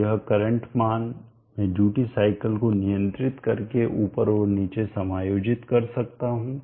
तो यह करंट मान मैं ड्यूटी साइकिल को नियंत्रित करके ऊपर और नीचे समायोजित कर सकता हूं